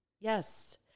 Yes